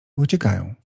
uciekają